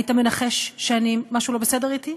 היית מנחש שמשהו לא בסדר אתי?